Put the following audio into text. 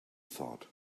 thought